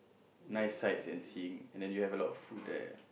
nice sights and seeing and then you have a lot of food there